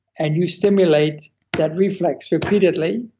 and you stimulate that reflex repeatedly